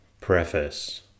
Preface